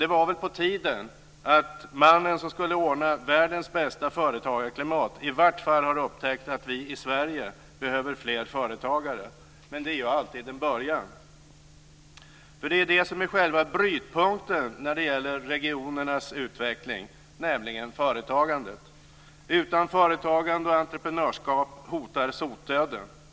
Det var väl på tiden att mannen som skulle ordna världens bästa företagarklimat i varje fall har upptäckt att vi i Sverige behöver fler företagare. Det är ju alltid en början. Det är det som är själva brytpunkten när det gäller regionernas utveckling, nämligen företagandet. Utan företagande och entreprenörskap hotar sotdöden.